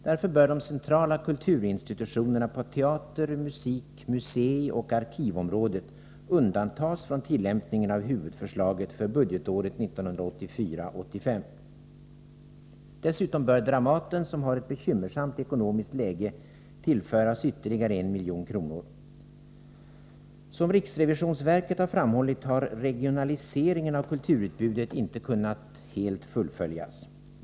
Därför bör de centrala kulturinstitutionerna på teater-, musik-, museioch arkivområdet undantas från tillämpningen av huvudförslaget för budgetåret 1984/85. Dessutom bör Dramaten, som har ett bekymmersamt ekonomiskt läge, tillföras ytterligare 1 milj.kr. Som RRV har framhållit har regionaliseringen av kulturutbudet inte kunnat fullföljas helt.